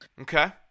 Okay